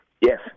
Yes